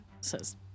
says